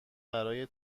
برای